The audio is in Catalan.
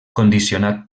condicionat